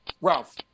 Ralph